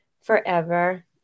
forever